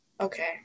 Okay